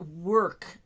work